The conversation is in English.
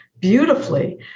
beautifully